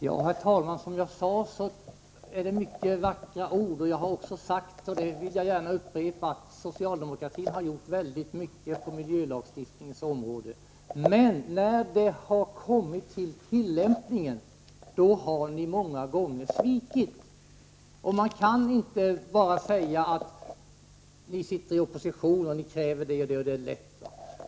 Herr talman! Som jag sade tidigare är det många vackra ord. Jag upprepar gärna att socialdemokratin har gjort väldigt mycket på miljölagstiftningens område. Men när det har kommit till praktisk tillämpning har ni många gånger svikit. Barbro Nilsson i Örnsköldsvik säger att det är lätt att kräva saker när man befinner sig i opposition.